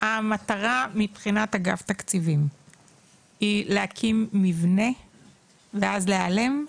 המטרה מבחינת אגף תקציבים היא להקים מבנה ואז להיעלם?